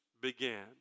began